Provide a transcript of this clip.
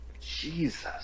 Jesus